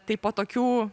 tai po tokių